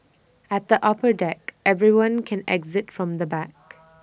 at the upper deck everyone can exit from the back